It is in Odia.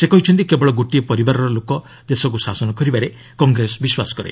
ସେ କହିଛନ୍ତି କେବଳ ଗୋଟିଏ ପରିବାରର ଲୋକ ଦେଶକୁ ଶାସନ କରିବାରେ କଂଗ୍ରେସ ବିଶ୍ୱାସ କରେ